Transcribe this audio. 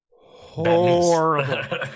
horrible